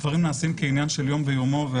הדברים נעשים כעניין של יום ביומו.